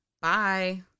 Bye